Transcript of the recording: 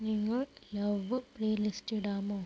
നിങ്ങൾ love playlist ഇടാമോ